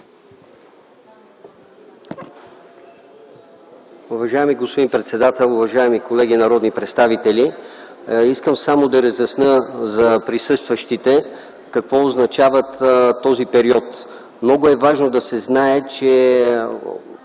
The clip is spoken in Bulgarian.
Уважаеми господин председател, уважаеми колеги народни представители! Искам само да разясня за присъстващите какво означава този период от 10 години. Много е важно да се знае, че